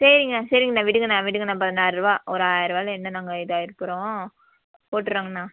சரிங்க சரிங்கண்ணா விடுங்க அண்ணா விடுங்க அண்ணா பதினாறுரூவா ஒரு ஆயிர ரூவாவில என்ன நாங்கள் இதாயிடப் போகிறோம் போட்டுறோங்க அண்ணா